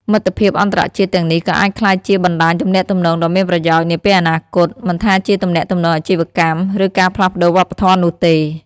មិត្តភាពអន្តរជាតិទាំងនេះក៏អាចក្លាយជាបណ្ដាញទំនាក់ទំនងដ៏មានប្រយោជន៍នាពេលអនាគត មិនថាជាទំនាក់ទំនងអាជីវកម្ម ឬការផ្លាស់ប្ដូរវប្បធម៌នោះទេ។